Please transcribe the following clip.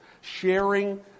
sharing